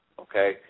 okay